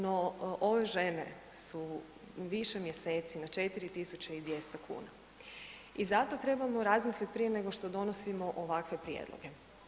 No, ove žene su više mjeseci na 4 200 kuna i zato trebamo razmisliti prije nego što donosimo ovakve prijedloge.